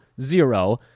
zero